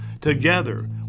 Together